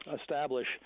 establish